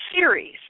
series